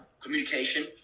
communication